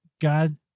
God